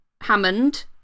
Hammond